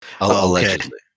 Allegedly